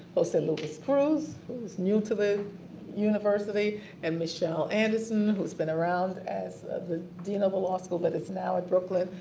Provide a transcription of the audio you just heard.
was in lucas cruz who is new to the university and michelle anderson who's been around as the dean of a law school but is now in ah brooklyn.